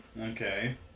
okay